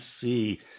see